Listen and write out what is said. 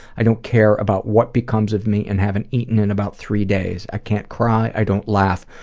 i don't care about what becomes of me and haven't eaten in about three days. i can't cry, i don't laugh,